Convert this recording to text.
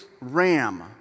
ram